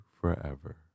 forever